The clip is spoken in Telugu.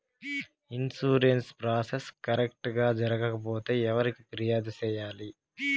ఇన్సూరెన్సు ప్రాసెస్ కరెక్టు గా జరగకపోతే ఎవరికి ఫిర్యాదు సేయాలి